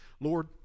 Lord